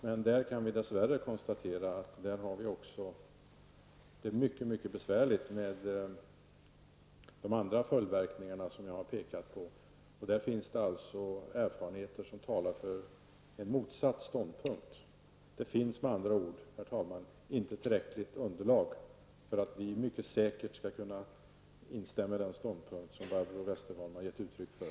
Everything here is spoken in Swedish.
Men där kan vi dess värre konstatera att de andra följdverkningar jag har pekat på är mycket besvärliga. Där finns det alltså erfarenheter som talar för en motsatt ståndpunkt. Det finns med andra ord, herr talman, inte tillräckligt underlag för att vi säkert skall kunna instämma i den ståndpunkt som Barbro Westerholm har gett uttryck för.